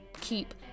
keep